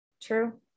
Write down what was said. true